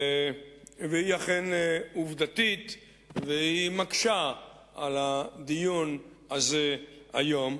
והיא אכן עובדתית והיא מקשה על הדיון הזה היום,